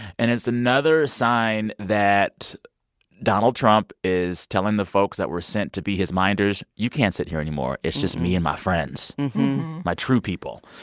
and it's another sign that donald trump is telling the folks that were sent to be his minders, you can't sit here anymore it's just me and my friends my true people.